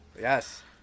Yes